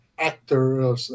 actor